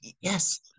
Yes